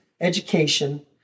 education